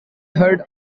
heard